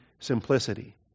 simplicity